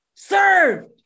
Served